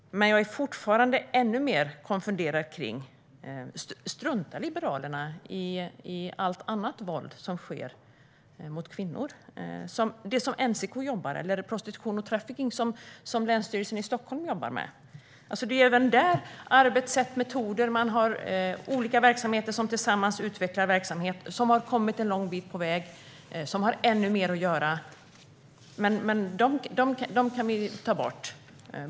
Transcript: Jag är fortfarande konfunderad: Struntar Liberalerna i allt annat våld som sker mot kvinnor, alltså det som NCK jobbar med eller prostitution och trafficking som länsstyrelsen i Stockholm jobbar med? Det är även där arbetssätt och metoder. De har olika verksamheter som tillsammans utvecklas. De har kommit en lång bit på väg. De har ännu mer att göra. Men dem kan vi ta bort.